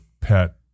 pet